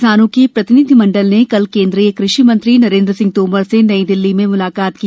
किसानों के प्रतिनिधिमंडल ने कल केन्द्रीय कृषि मंत्री नरेन्द्र सिंह तोमर से नई दिल्ली में मुलाकात की